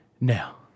Now